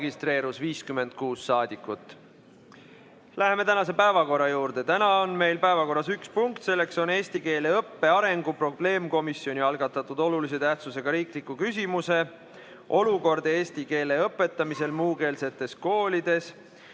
Läheme tänase päevakorra juurde. Täna on meil päevakorras üks punkt, selleks on eesti keele õppe arengu probleemkomisjoni algatatud olulise tähtsusega riikliku küsimuse "Olukord eesti keele õpetamisel muukeelsetes koolides